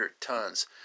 tons